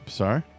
sorry